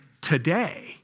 today